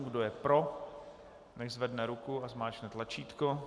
Kdo je pro, nechť zvedne ruku a zmáčkne tlačítko.